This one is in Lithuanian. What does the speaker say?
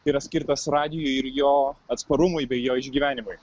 yra skirtas radijui ir jo atsparumui bei jo išgyvenimui